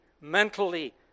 mentally